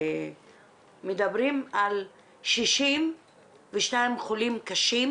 שמדברים על 62 חולים קשים